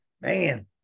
man